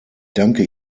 danke